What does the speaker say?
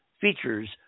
features